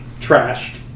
trashed